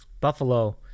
Buffalo